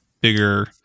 bigger